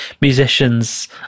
musicians